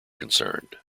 concerned